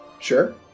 Sure